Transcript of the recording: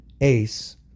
ace